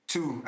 Two